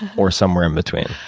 or somewhere in between?